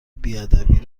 بیادبی